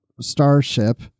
starship